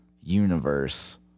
universe